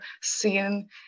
seen